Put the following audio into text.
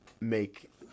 make